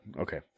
okay